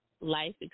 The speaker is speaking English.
life